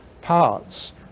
parts